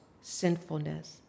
sinfulness